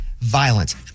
violence